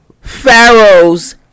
Pharaoh's